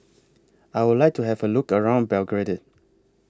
I Would like to Have A Look around Belgrade